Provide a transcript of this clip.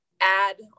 add